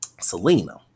selena